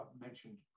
mentioned